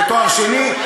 ותואר שני,